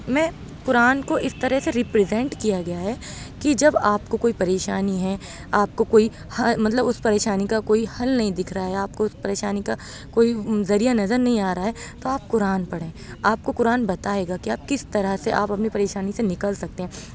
میں قرآن کو اس طرح سے ریپرزینٹ کیا گیا ہے کہ جب آپ کو کوئی پریشانی ہے آپ کو کوئی ہر مطلب اس پریشانی کا کوئی حل نہیں دکھ رہا ہے آپ کو اس پریشانی کا کوئی ذریعہ نظر نہیں آرہا ہے تو آپ قرآن پڑھیں آپ کو قرآن بتائے گا کہ آپ کس طرح سے آپ اپنی پریشانی سے نکل سکتے ہیں